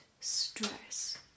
stress